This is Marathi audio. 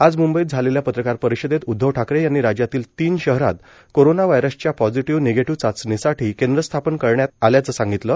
आज म्ंबईत झालेल्या पत्रकार परिषदेत उद्धव ठाकरे यांनी राज्यातील तीन शहरात कोरोना वायरसच्या पोझिटीव्ह निगेटिव्ह चाचणीसाठी केंद्र स्थापन करण्यात आल्याचं सांगितलं